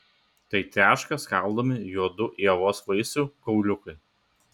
tai treška skaldomi juodų ievos vaisių kauliukai